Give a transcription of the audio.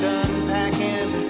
unpacking